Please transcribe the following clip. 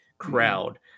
crowd